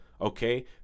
okay